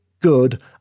good